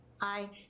Aye